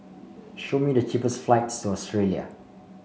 show me the cheapest flights to Australia